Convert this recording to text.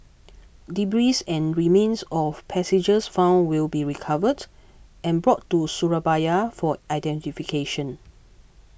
debris and remains of passengers found will be recovered and brought to Surabaya for identification